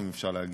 אם אפשר להגיד,